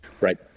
right